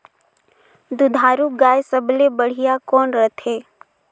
दुधारू गाय सबले बढ़िया कौन रथे?